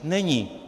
Není.